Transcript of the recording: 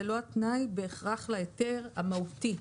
זה לא התנאי בהכרח להיתר המהותי.